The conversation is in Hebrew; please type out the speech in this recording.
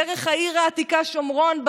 דרך העיר העתיקה שומרון,